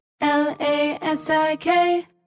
L-A-S-I-K